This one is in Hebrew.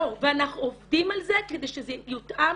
לא, ואנחנו עובדים על זה כדי שזה יותאם.